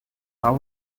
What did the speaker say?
how